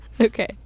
Okay